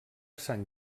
sant